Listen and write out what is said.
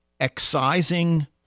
excising